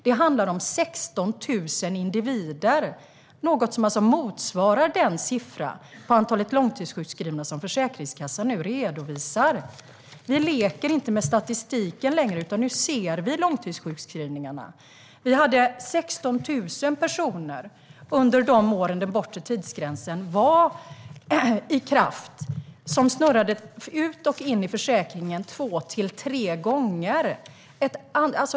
Det handlar om 16 000 individer, vilket alltså motsvarar den siffra på antalet långtidssjukskrivna som Försäkringskassan nu redovisar. Vi leker inte med statistiken längre, utan nu ser vi långtidssjukskrivningarna. Under de år då den bortre tidsgränsen var i kraft hade vi 16 000 personer som snurrade ut och in i försäkringen två till tre gånger.